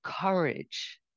courage